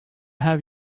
have